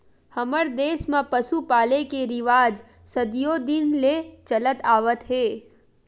हमर देस म पसु पाले के रिवाज सदियो दिन ले चलत आवत हे